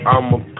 I'ma